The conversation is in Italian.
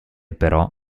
però